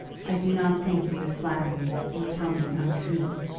i do not think you would flatter me, or tell me an untruth.